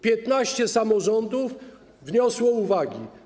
15 samorządów wniosło uwagi.